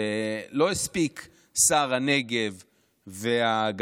שלא הספיק לו להיות שר הנגב והגליל,